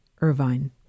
Irvine